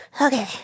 Okay